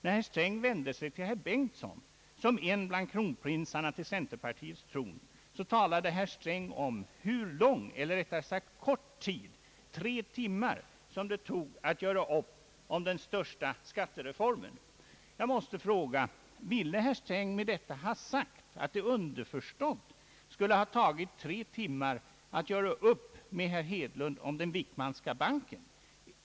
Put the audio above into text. När herr Sträng vände sig till herr Bengtson som en bland kronprinsarna till centerpartiets tron, så talade herr Sträng om hur lång eller rättare sagt hur kort tid — tre timmar — det tog att göra upp om den största skattereformen. Jag måste fråga: Ville herr Sträng med detta ha sagt att det underförstått skulle ha tagit tre timmar att göra upp med herr Hedlund om den Wickmanska banken?